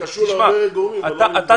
זה קשור להרבה גורמים, לא למתווה הכותל.